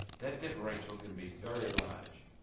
that differential can be very large.